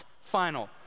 final